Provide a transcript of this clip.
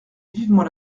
vivement